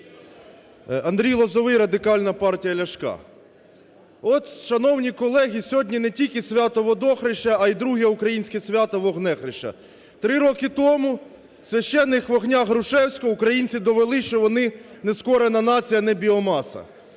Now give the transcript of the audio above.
Андрій Лозовой, Радикальна партія Ляшка. От, шановні колеги, сьогодні не тільки свято Водохреща, а і друге українське свято "вогнехреща". Три роки тому у "священних" вогнях Грушевського українці довели, що вони нескорена нація, не біомаса.